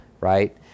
right